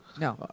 No